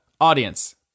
audience